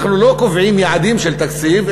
אנחנו לא קובעים יעדים של תקציב,